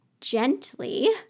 gently